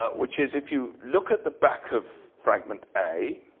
ah which is, if you look at the back of fragment a,